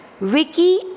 Vicky